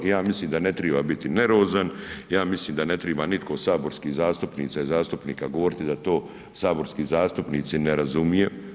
I ja mislim da ne treba biti nervozan i ja mislim da ne treba nitko od saborskih zastupnica i zastupnika govoriti da to saborski zastupnici ne razumiju.